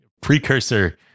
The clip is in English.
precursor